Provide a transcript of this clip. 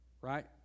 right